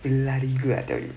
bloody good